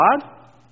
God